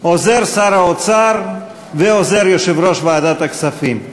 עוזר שר האוצר ועוזר יושב-ראש ועדת הכספים.